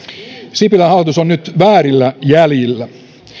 sipilän hallitus on nyt väärillä jäljillä